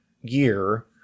year